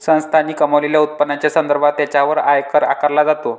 संस्थांनी कमावलेल्या उत्पन्नाच्या संदर्भात त्यांच्यावर आयकर आकारला जातो